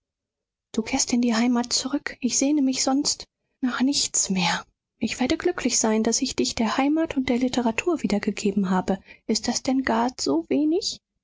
du kehrst in die heimat zurück ich sehne mich sonst nach nichts mehr ich werde glücklich sein daß ich dich der heimat und der literatur wiedergegeben habe ist das denn gar so wenig